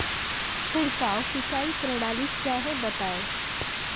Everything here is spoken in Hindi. छिड़काव सिंचाई प्रणाली क्या है बताएँ?